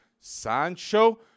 Sancho